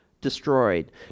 Destroyed